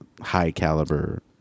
high-caliber